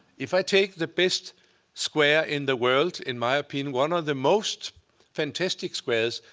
if i take the best square in the world, in my opinion, one of the most fantastic squares,